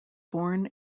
born